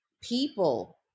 people